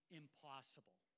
impossible